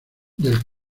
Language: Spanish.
del